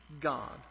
God